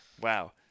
wow